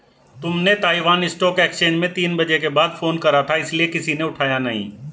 तुमने Taiwan stock exchange में तीन बजे के बाद फोन करा था इसीलिए किसी ने उठाया नहीं